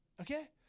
Okay